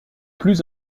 plus